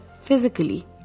physically